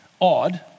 Odd